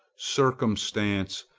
circumstance,